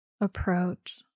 approach